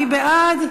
מי בעד?